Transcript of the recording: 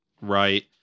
Right